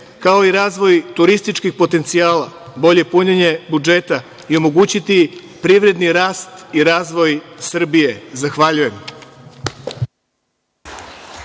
kao i razvoj turističkih potencijala, bolje punjenje budžeta i omogućiti privredni rast i razvoj Srbije. Zahvaljujem.